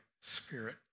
spirit